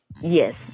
yes